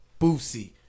Boosie